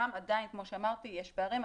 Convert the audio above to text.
שם עדיין כמו שאמרתי, יש פערים.